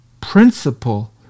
principle